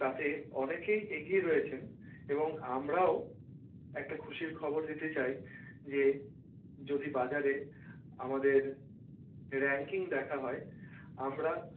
তাতে অনেকেই এগিয়ে রয়েছেন এবং আমরাও একটা খুশির খবর দিতে চাই যে যদি বাজারে আমাদের রাঙ্কিং দেখা হয় আমরা